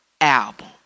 album